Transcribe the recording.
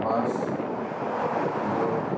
মাছবোৰ